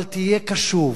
אבל תהיה קשוב.